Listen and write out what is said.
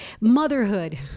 Motherhood